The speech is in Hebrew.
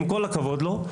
עם כל הכבוד לו.